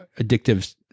addictive